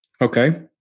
Okay